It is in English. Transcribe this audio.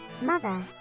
Mother